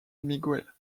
miguel